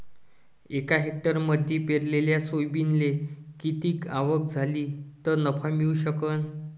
एका हेक्टरमंदी पेरलेल्या सोयाबीनले किती आवक झाली तं नफा मिळू शकन?